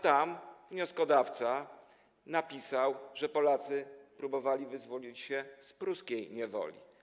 Tam wnioskodawca napisał, że Polacy próbowali wyzwolić się z pruskiej niewoli.